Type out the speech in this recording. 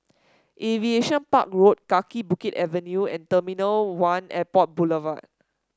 Aviation Park Road Kaki Bukit Avenue and one Airport Boulevard